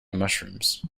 mushrooms